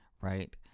right